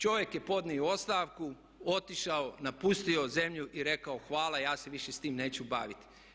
Čovjek je podnio ostavku, otišao, napustio zemlju i rekao hvala ja se više s tim neću baviti.